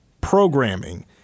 programming